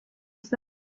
zabo